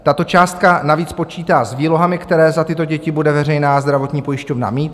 Tato částka navíc počítá s výlohami, které za tyto děti bude veřejná zdravotní pojišťovna mít.